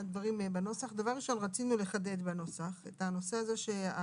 אנחנו רוצים לומר לך ולכל הוועדה הזאת, תודה רבה.